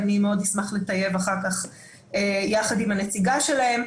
ואני מאוד אשמח לטייב אחר כך יחד עם הנציגה שלהם.